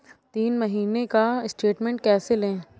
तीन महीने का स्टेटमेंट कैसे लें?